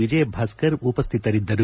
Vijay Bhaskar ಉಪಸ್ಠಿತರಿದ್ದರು